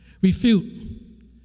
Refute